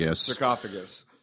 Sarcophagus